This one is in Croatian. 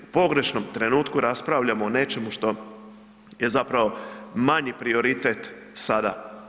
U pogrešnoj trenutku raspravljamo o nečemu što je zapravo manji prioritet sada.